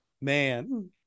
man